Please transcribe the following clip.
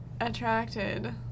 attracted